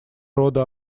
рода